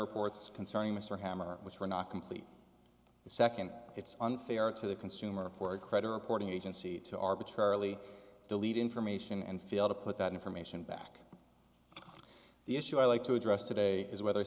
reports concerning mr hammer which were not complete the nd it's unfair to the consumer for a credit reporting agency to arbitrarily delete information and fail to put that information back the issue i'd like to address today is whether